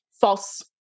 false